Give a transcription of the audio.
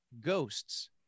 ghosts